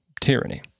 tyranny